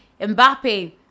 mbappe